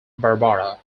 barbara